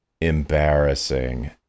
embarrassing